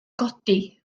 godi